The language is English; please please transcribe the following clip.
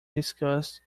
discussed